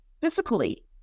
physically